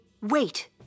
Wait